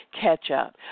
catch-up